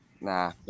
Nah